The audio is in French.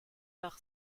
par